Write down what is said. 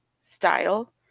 style